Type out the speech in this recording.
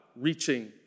reaching